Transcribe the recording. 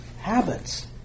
habits